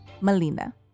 melina